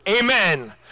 amen